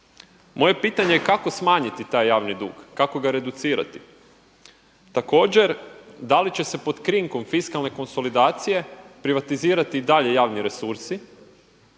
Moje pitanje je kako smanjit taj javni dug, kako ga reducirati. Također, da li će se pod krinkom fiskalne konsolidacije privatizirati i dalje javni resursi.